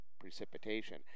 precipitation